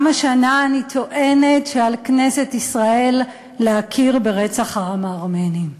גם השנה אני טוענת שעל כנסת ישראל להכיר ברצח העם הארמני.